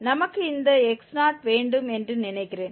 நமக்கு இந்த x0 வேண்டும் என்று நினைக்கிறேன்